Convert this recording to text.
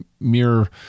mere